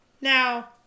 Now